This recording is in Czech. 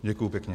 Děkuji pěkně.